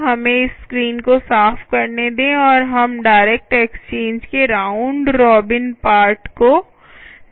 हमें इस स्क्रीन को साफ करने दें और हम डायरेक्ट एक्सचेंज के राउंड रॉबिन पार्ट को ट्राइ करते हैं